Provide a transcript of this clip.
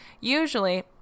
usually